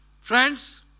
Friends